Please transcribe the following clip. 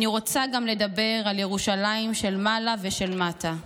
אני רוצה גם לדבר על ירושלים של מעלה ושל מטה: